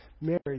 Mary